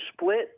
split